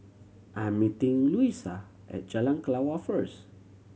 I'm meeting Luisa at Jalan Kelawar first